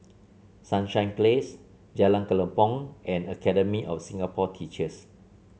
Sunshine Place Jalan Kelempong and Academy of Singapore Teachers